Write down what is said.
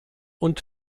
und